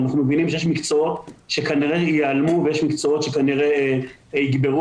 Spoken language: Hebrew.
אנחנו מבינים שיש מקצועות שכנראה ייעלמו ויש מקצועות שכנראה יגברו